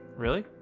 really.